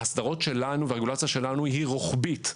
האסדרות שלנו והרגולציה שלנו רוחבית.